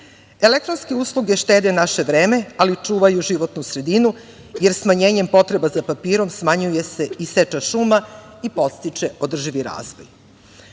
Elektronske usluge štede naše vreme, ali i čuvaju životnu sredinu, jer smanjenjem potreba za papirom, smanjuje se i seča šuma, i podstiče održivi razvoj. Negde